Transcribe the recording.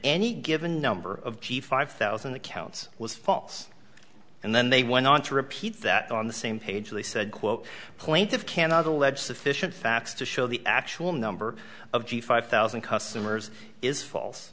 any given number of g five thousand accounts was false and then they went on to repeat that on the same page they said quote plaintiff cannot allege sufficient facts to show the actual number of g five thousand customers is false